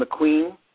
McQueen